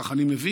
כך אני מבין,